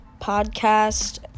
podcast